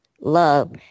love